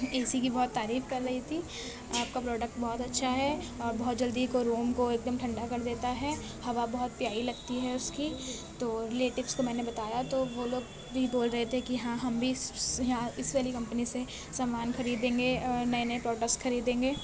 اے C کی بہت تعریف کر رہی تھی آپ کا پروڈکٹ بہت اچھا ہے اور بہت جلدی کو روم کو ایک دم ٹھنڈا کر دیتا ہے ہوا بہت پیاری لگتی ہے اس کی تو ریلیٹوس کو میں نے بتایا تو وہ لوگ بھی بول رہے تھے کہ ہاں ہم بھی اس والی کمپنی سے سامان خریدیں گے نئے نئے پروڈکٹس خریدیں گے